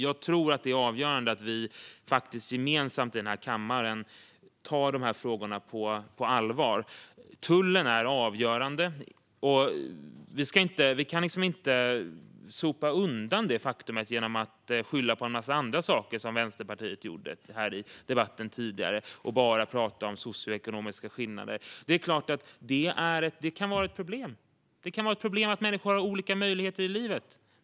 Jag tror att det är avgörande att vi gemensamt i den här kammaren tar de här frågorna på allvar. Tullen är avgörande. Vi kan sopa undan detta faktum genom att skylla på en massa andra saker, som Vänsterpartiet gjorde här i debatten tidigare, och bara prata om socioekonomiska skillnader. Det är klart att det kan vara ett problem. Det kan vara ett problem att människor har olika möjligheter i livet.